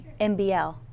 MBL